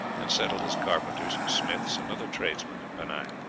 and settled as carpenters, smiths, and other tradesmen in penang.